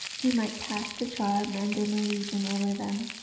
he might cast a charm and an illusion over them,